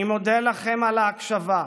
אני מודה לכם על ההקשבה,